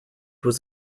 was